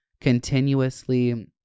continuously